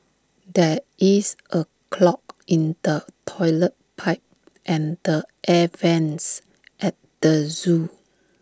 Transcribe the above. there is A clog in the Toilet Pipe and the air Vents at the Zoo